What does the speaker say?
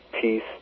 peace